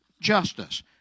justice